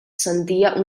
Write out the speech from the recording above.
sentia